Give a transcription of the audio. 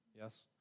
yes